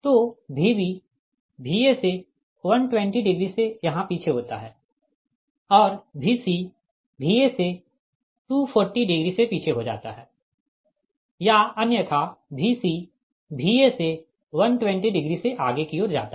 तो Vb Va से 120 degree से यहाँ पीछे होता है और Vc Va से 240 डिग्री से पीछे हो जाता है या अन्यथा Vc Va से 120 डिग्री से आगे की ओर जाता है